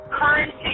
currency